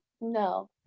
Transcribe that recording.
No